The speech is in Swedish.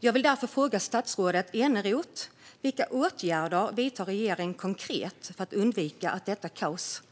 Jag vill därför fråga statsrådet Eneroth vilka konkreta åtgärder regeringen vidtar för att undvika att detta kaos fortsätter.